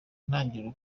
ntangiriro